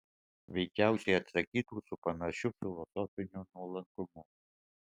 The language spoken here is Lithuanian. veikiausiai atsakytų su panašiu filosofiniu nuolankumu